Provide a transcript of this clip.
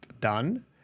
done